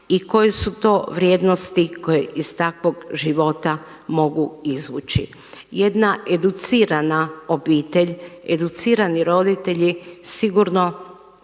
i koje su to vrijednosti koje iz takvog života mogu izvući. Jedna educirana obitelj, educirani roditelji sigurno